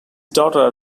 daughter